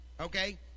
Okay